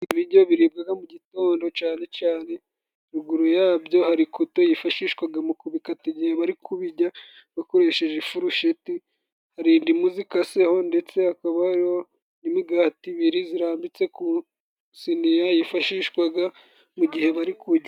Ibijyo biribwaga mu gitondo cane cane, ruguru yabyo hari kuto yifashishwaga mu kubikata igihe bari kubijya bakoresheje ifurusheti, hari indimu zikaseho ndetse hakaba hariho n'imigati ibiri zirambitse ku siniye yifashishwaga mu gihe bari kujya.